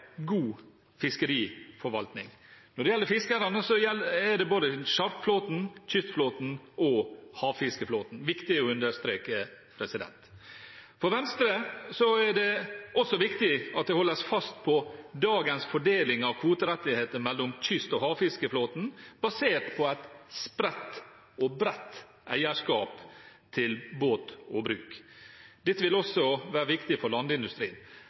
god fiskeriforvaltning. Når det gjelder fiskerne, er det både sjarkflåten, kystflåten og havfiskeflåten. Det er viktig å understreke. For Venstre er det også viktig at det holdes fast på dagens fordeling av kvoterettigheter mellom kystflåten og havfiskeflåten, basert på et spredt og bredt eierskap til båt og bruk. Dette vil også være viktig for landindustrien.